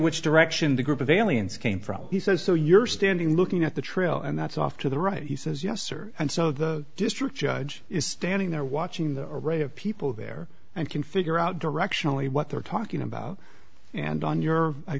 which direction the group of aliens came from he says so you're standing looking at the trail and that's off to the right he says yes sir and so the district judge is standing there watching the array of people there and can figure out directionally what they're talking about and on your i